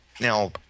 Now